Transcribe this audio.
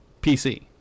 PC